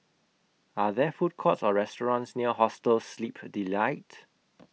Are There Food Courts Or restaurants near Hostel Sleep Delight